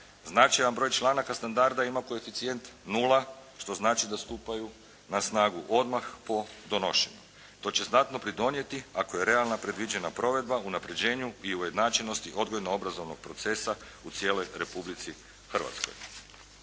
Značajan broj članaka standarda ima koeficijent 0 što znači da stupaju na snagu odmah po donošenju. To će znatno pridonijeti ako je realno predviđena provedba o unapređenju i ujednačenosti odgojno obrazovnog procesa u cijeloj Republici Hrvatskoj.